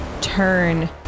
turn